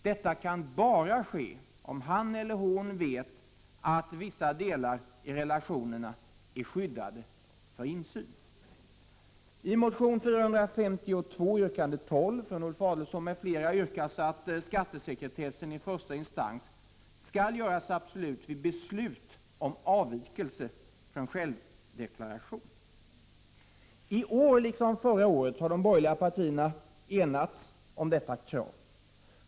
Detta kan bara ske om han eller hon vet att vissa delar i relationerna är skyddade för insyn. I år liksom förra året har de borgerliga partierna enats om detta krav.